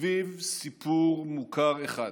סביב סיפור מוכר אחד.